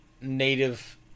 Native